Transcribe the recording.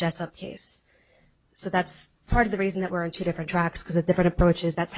jessop case so that's part of the reason that we're in two different tracks because the different approaches that